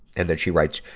and then she writes,